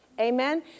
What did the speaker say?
Amen